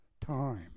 time